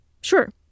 sure